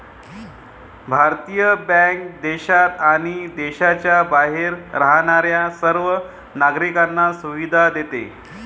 भारतीय बँक देशात आणि देशाच्या बाहेर राहणाऱ्या सर्व नागरिकांना सुविधा देते